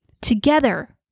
Together